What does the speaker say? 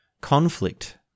conflict